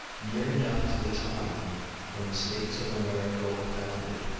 near enough to the time when the states of america were founded,